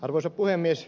arvoisa puhemies